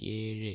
ഏഴ്